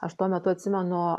aš tuo metu atsimenu